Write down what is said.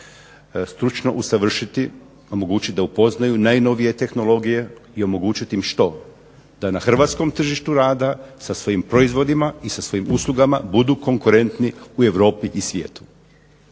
stručno usavršiti, omogućiti da upoznaju najnovije tehnologije i omogućiti im što, da na hrvatskom tržištu rada sa svojim proizvodima i sa svojim uslugama budu konkurentni u Europi i svijetu.